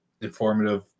informative